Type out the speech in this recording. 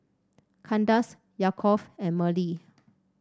Kandace Yaakov and Merle